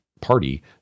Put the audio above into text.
party